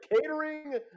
catering